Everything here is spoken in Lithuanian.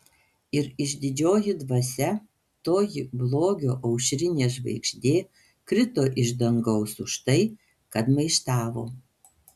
ir išdidžioji dvasia toji blogio aušrinė žvaigždė krito iš dangaus už tai kad maištavo